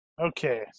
Okay